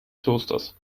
klosters